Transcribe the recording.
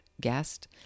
guest